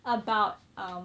about um